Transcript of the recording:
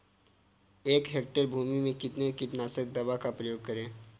एक हेक्टेयर भूमि में कितनी कीटनाशक दवा का प्रयोग करें?